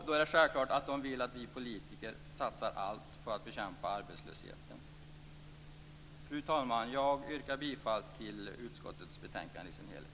Då är det självklart att de vill att vi politiker satsar allt på att bekämpa arbetslösheten. Fru talman! Jag yrkar bifall till hemställan i utskottets betänkande i dess helhet.